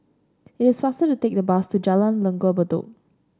it is faster to take the bus to Jalan Langgar Bedok